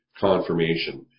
confirmation